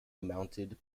mounted